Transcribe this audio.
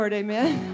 amen